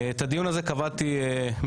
את הדיון הזה קבעתי ממזמן.